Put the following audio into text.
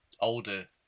older